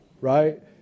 right